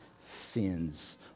sins